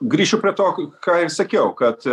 grįšiu prie to ką ir sakiau kad